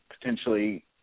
potentially